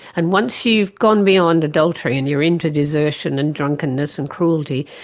and once you've gone beyond adultery and you're into desertion and drunkenness and cruelty,